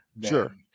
Sure